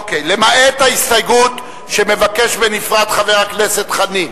למעט ההסתייגות שמבקש בנפרד חבר הכנסת חנין